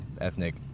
ethnic